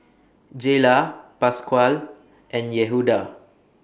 Jayla Pasquale and Yehuda